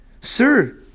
Sir